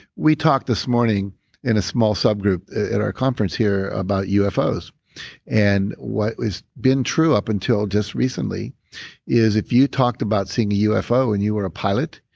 we talked this morning in a small subgroup in our conference here about ufos and what has been true up until just recently is if you talked about seeing a ufo and you were a pilot,